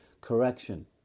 correction